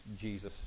Jesus